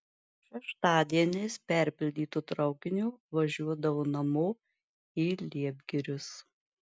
šeštadieniais perpildytu traukiniu važiuodavo namo į liepgirius